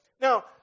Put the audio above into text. Now